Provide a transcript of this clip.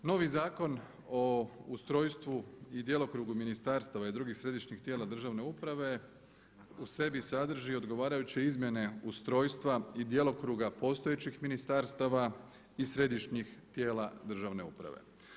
Novi Zakon o ustrojstvu i djelokrugu ministarstava i drugih središnjih tijela državne uprave u sebi sadrži odgovarajuće izmjene ustrojstva i djelokruga postojećih ministarstava i središnjih tijela državne uprave.